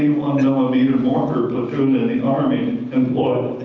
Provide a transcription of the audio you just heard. one millimeter marker platoon in the army and plug,